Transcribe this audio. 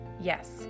yes